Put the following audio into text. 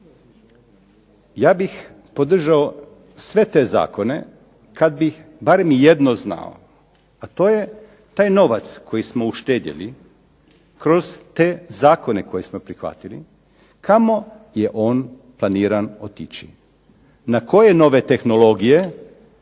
Ja bih podržao sve te zakone kad bih barem jedno znao, a to je taj novac koji smo uštedjeli kroz te zakone koje smo prihvatili, kamo je on planiran otići, na koje nove tehnologije,